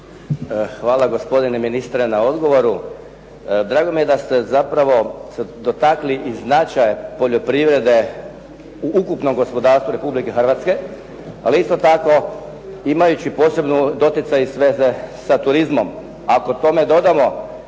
Hvala gospodine ministre na odgovoru. Drago mi je da ste zapravo istakli i značaj poljoprivrede u ukupnom gospodarstvu Republike Hrvatske ali isto tako imajući posebno doticaj i sveze sa turizmom. Ako tome dodamo